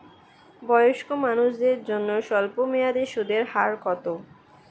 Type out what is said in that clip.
বয়স্ক মানুষদের জন্য স্বল্প মেয়াদে সুদের হার কত?